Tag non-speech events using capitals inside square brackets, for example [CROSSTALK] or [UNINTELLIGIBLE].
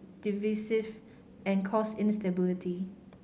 [UNINTELLIGIBLE] divisive and cause instability